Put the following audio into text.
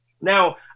Now